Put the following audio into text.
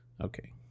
Okay